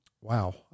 wow